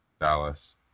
Dallas